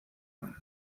man